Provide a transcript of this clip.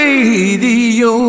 Radio